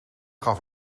gaf